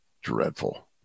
dreadful